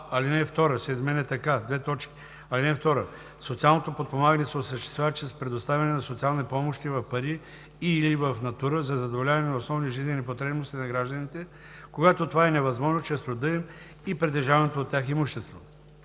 алинея 2 се изменя така: „(2) Социалното подпомагане се осъществява чрез предоставяне на социални помощи в пари и/или в натура за задоволяване на основни жизнени потребности на гражданите, когато това е невъзможно чрез труда им и притежаваното от тях имущество.“;